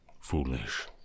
foolish